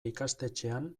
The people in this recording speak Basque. ikastetxean